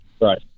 Right